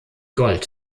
gold